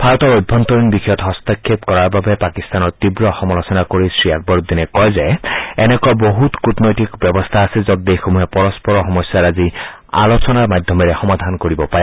ভাৰতৰ অভ্যন্তৰীণ বিষয়ত হস্তক্ষেপ কৰাৰ বাবে পাকিস্তানক তীৱ সমালোচনা কৰি আকবৰউদ্দিনে কয় যে এনেকুৱা বহুত কুটনৈতিক ব্যৱস্থা আছে যত দেশসমূহে পৰস্পৰ সমস্যাৰাজি আলোচনাৰ মাধ্যমেৰে সমাধান কৰিব পাৰে